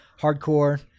hardcore